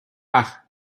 ach